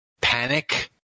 panic